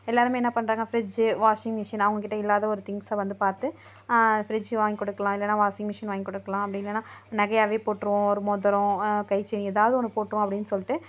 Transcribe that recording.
எல்லாருமே என்ன பண்ணுறாங்க ஃப்ரிட்ஜ் வாஷிங் மிஷின் அவங்க கிட்ட இல்லாத ஒரு திங்ஸை வந்து பார்த்து ஃப்ரிஜ் வாங்கி குடுக்கலாம் இல்லைனா வாஷிங் மிஷின் வாங்கி கொடுக்கலாம் அப்படி இல்லைனா நகையாவே போட்டிருவோம் ஒரு மோதரம் கை செயின் எதாவது ஒன்று போட்டுவோம் அப்டின்னு சொல்லிட்டு